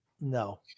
No